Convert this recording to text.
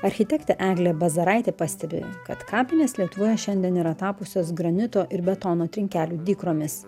architektė eglė bazaraitė pastebi kad kapinės lietuvoje šiandien yra tapusios granito ir betono trinkelių dykromis